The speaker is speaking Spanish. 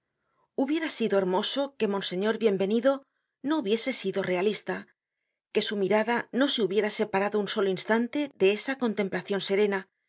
hubiera sido hermoso que monseñor bienvenido no hubiese sido realista que su mirada no se hubiera separado un solo instante de esa contemplacion serena